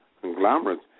conglomerates